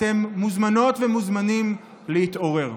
אתם מוזמנות ומוזמנים להתעורר.